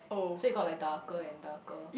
so it got like darker and darker